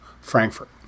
Frankfurt